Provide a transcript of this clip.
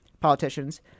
politicians